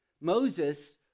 Moses